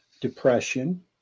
depression